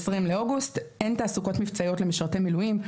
20 באוגוסט אין תעסוקות מבצעיות למשרתי מילואים.